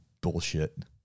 bullshit